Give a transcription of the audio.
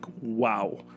wow